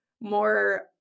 more